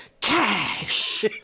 Cash